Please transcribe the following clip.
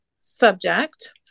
subject